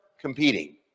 competing